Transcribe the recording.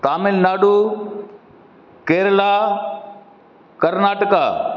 Tamil Nadu Kerala Karnataka